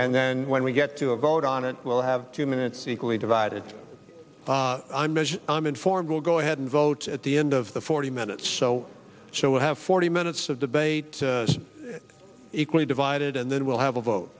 and then when we get to a vote on it we'll have two minutes equally divided i'm as i'm informed will go ahead and vote at the end of the forty minutes so so we'll have forty minutes of debate equally divided and then we'll have a vote